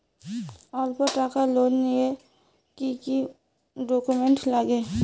অল্প টাকার লোন নিলে কি কি ডকুমেন্ট লাগে?